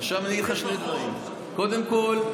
עכשיו אני אגיד לך שני דברים: קודם כול,